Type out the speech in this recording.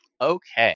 Okay